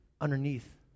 underneath